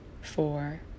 four